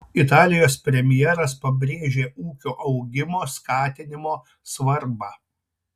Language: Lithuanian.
italijos premjeras pabrėžė ūkio augimo skatinimo svarbą